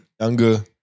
Younger